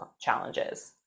challenges